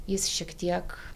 jis šiek tiek